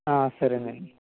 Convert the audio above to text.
సరేనండి